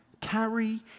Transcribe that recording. Carry